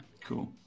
cool